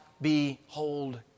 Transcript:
behold